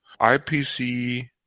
IPC